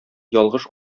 ялгыш